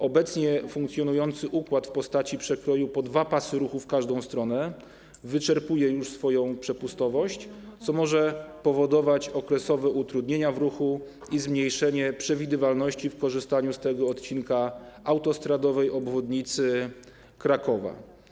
Obecnie funkcjonujący układ w postaci przekroju po dwa pasy ruchu w każdą stronę wyczerpuje już swoją przepustowość, co może powodować okresowe utrudnienia w ruchu i zmniejszenie przewidywalności w korzystaniu z tego odcinka autostradowej obwodnicy Krakowa.